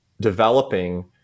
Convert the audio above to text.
developing